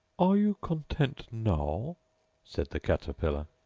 are you content now said the caterpillar.